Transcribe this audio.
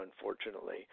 unfortunately